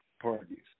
parties